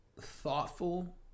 thoughtful